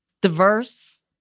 Diverse